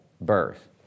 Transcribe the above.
birth